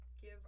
give